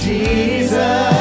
Jesus